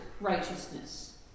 righteousness